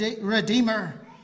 redeemer